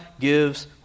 gives